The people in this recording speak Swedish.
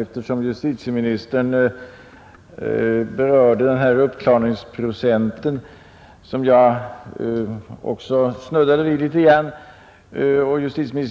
Eftersom justitieministern berörde uppklaringsprocenten, som även jag snuddade vid, och